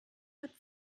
hat